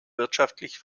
wirtschaftlich